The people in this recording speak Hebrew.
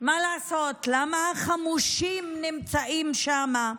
מה לעשות, למה חמושים נמצאים שמה,